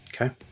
okay